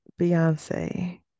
Beyonce